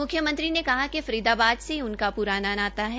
म्ख्यमंत्री ने कहा कि फरीदाबाद से उनका प्राना नाता है